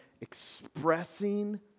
expressing